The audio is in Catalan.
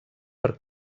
per